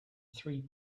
three